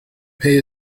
pay